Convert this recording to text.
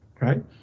right